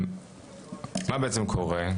מה בעצם קורה?